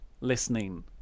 listening